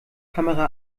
kamera